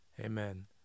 Amen